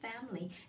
family